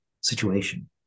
situation